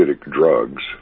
drugs